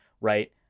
right